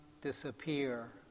disappear